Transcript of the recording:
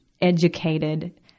educated